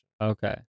Okay